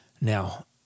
Now